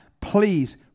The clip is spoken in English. please